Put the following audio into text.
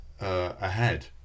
ahead